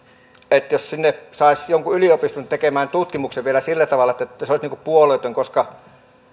että jos sinne saisi jonkun yliopiston tekemään tutkimuksen vielä sillä tavalla että se olisi puolueeton koska